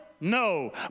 No